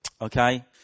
Okay